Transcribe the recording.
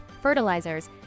fertilizers